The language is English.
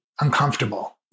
uncomfortable